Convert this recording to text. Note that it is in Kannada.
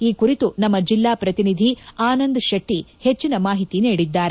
ಈ ಕುರಿತು ದಕ್ಷಿಣ ಕನ್ನಡ ನಮ್ಮ ಜಿಲ್ಲಾ ಪ್ರತಿನಿಧಿ ಆನಂದ ಶೆಟ್ಟಿ ಹೆಚ್ಚಿನ ಮಾಹಿತಿ ನೀಡಿದ್ದಾರೆ